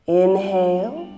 inhale